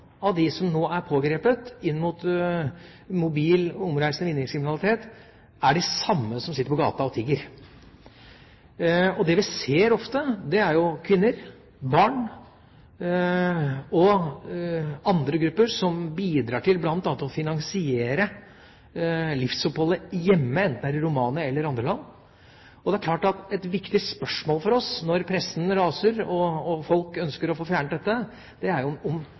av dem som nå er pågrepet for mobil, omreisende vinningskriminalitet, er de samme som sitter på gata og tigger. Det vi ser ofte, er jo at det er kvinner, barn og andre grupper som bidrar bl.a. til å finansiere livsoppholdet hjemme, enten det er i Romania eller i andre land. Det er klart at et viktig spørsmål for oss når pressen raser og folk ønsker å få fjernet dette, er: Er